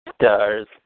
Stars